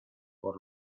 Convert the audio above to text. por